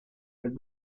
elle